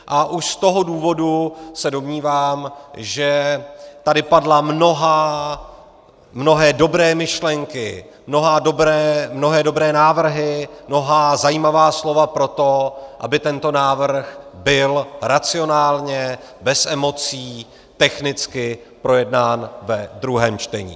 A už z toho důvodu se domnívám, že tady padly mnohé dobré myšlenky, mnohé dobré návrhy, mnohá zajímavá slova pro to, aby tento návrh byl racionálně, bez emocí, technicky projednán ve druhém čtení.